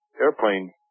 airplane